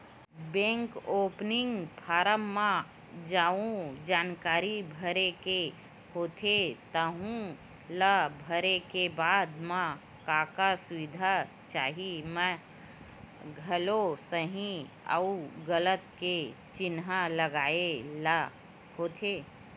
bank opening form म जउन जानकारी भरे के होथे तउन ल भरे के बाद म का का सुबिधा चाही म घलो सहीं अउ गलत के चिन्हा लगाए ल होथे